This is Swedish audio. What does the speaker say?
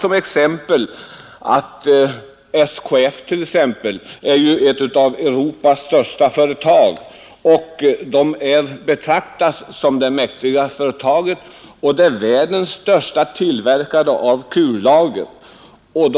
Som exempel kan jag ta SKF, som är ett av Europas största företag och betraktas som ett mäktigt företag. Det är världens största tillverkare av kullager